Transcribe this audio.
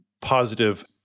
positive